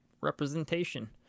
representation